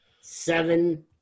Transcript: Seven